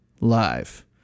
live